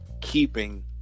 keeping